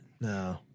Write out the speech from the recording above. no